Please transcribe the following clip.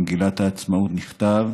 במגילת העצמאות נכתב: